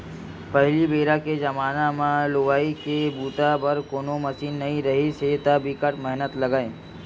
पहिली बेरा के जमाना म लुवई के बूता बर कोनो मसीन नइ रिहिस हे त बिकट मेहनत लागय